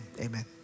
amen